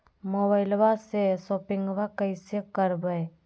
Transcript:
मोबाइलबा से शोपिंग्बा कैसे करबै?